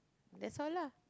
that's why lah